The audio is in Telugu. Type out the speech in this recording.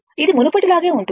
ఇది మునుపటిలాగే ఉంటుంది